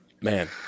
Man